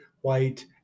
white